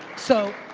so,